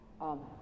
Amen